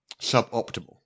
Suboptimal